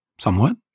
Somewhat